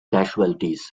casualties